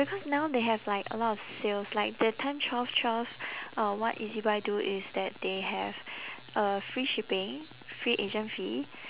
because now they have like a lot of sales like that time twelve twelve or what ezbuy do is that they have a free shipping free agent fee